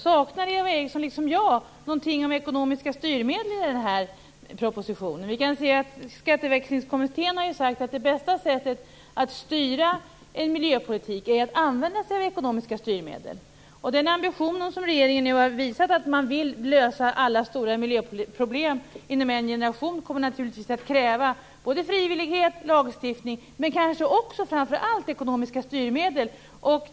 Saknar hon liksom jag någonting om ekonomiska styrmedel i propositionen? Vi kan se att Skatteväxlingskommittén har sagt att det bästa sättet att styra en miljöpolitik är att använda sig av ekonomiska styrmedel. Den ambition som regeringen nu har visat, att den vill lösa alla stora miljöproblem inom en generation, kommer naturligtvis att kräva både frivillighet och lagstiftning, men kanske också framför allt ekonomiska styrmedel.